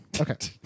Okay